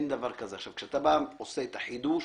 כשאתה בא ועושה את החידוש,